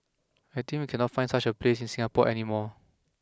I think we cannot find such a place in Singapore any more